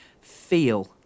feel